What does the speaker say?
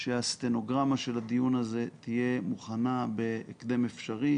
שהסטנוגרמה של הדיון הזה תהיה מוכנה בהקדם האפשרי.